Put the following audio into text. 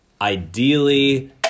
ideally